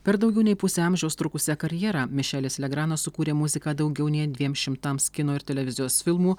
per daugiau nei pusę amžiaus trukusią karjerą mišelis legranas sukūrė muziką daugiau nei dviem šimtams kino ir televizijos filmų